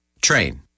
Train